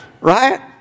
Right